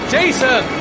Jason